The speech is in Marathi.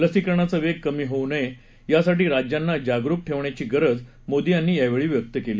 लसीकरणाचा वेग कमी होऊ नये यासाठी राज्यांना जागरुक ठेवण्याची गरज मोदी यांनी यावेळी व्यक्त केली